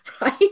Right